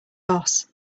boss